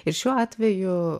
ir šiuo atveju